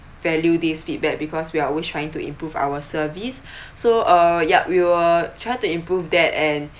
value these feedback because we are always trying to improve our service so uh yup we will try to improve that and